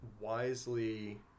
wisely